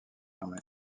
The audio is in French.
fermé